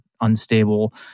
unstable